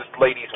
ladies